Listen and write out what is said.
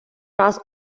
раз